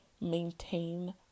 maintain